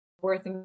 worth